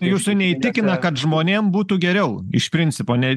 jūsų neįtikina kad žmonėm būtų geriau iš principo ne